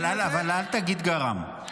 אבל אל תגיד גרם.